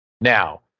Now